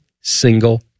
single